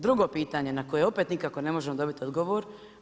Drugo pitanje na koje nikako ne možemo dobiti odgovor.